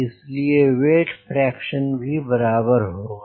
इसलिए weight fraction भी बराबर होगा